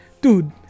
dude